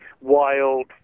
wild